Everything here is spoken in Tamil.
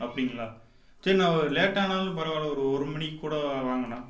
அப்படிங்களா சரிண்ணா ஒரு லேட்டானாலும் பரவாயில்லை ஒரு ஒருமணிக்கூட வாங்கண்ணா